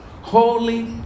holy